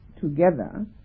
together